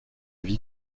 vie